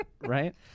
Right